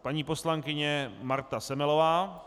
Paní poslankyně Marta Semelová.